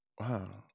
wow